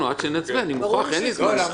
יש לי אולי הצעה בהקשר הזה.